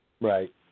Right